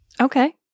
Okay